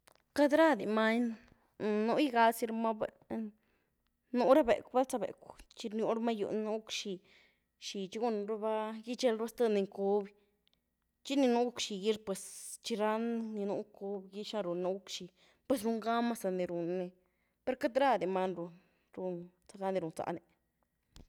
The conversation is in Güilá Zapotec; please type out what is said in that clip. Queity radi manyní, nuúigazimaa buen, nuú ra becw, balza becw chi nuúrumaa yuú ni nú guc'xi xi, chi gunruba, gyiechelyruba zté ni ncúby chi ni nú guc'xi gí pues chi ran ni nú ncúby xina run ni nu guc'xi pues rungamma zani run ni, per queity radi many run zíé run zaga ni run zaáhni.